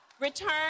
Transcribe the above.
return